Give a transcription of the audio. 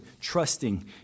trusting